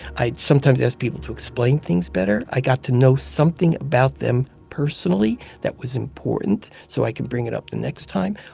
i'd sometimes ask people to explain things better. i got to know something about them personally that was important so i could bring it up the next time.